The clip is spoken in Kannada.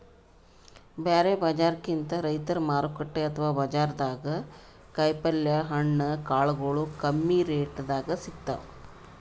ಬ್ಯಾರೆ ಬಜಾರ್ಕಿಂತ್ ರೈತರ್ ಮಾರುಕಟ್ಟೆ ಅಥವಾ ಬಜಾರ್ದಾಗ ಕಾಯಿಪಲ್ಯ ಹಣ್ಣ ಕಾಳಗೊಳು ಕಮ್ಮಿ ರೆಟೆದಾಗ್ ಸಿಗ್ತಾವ್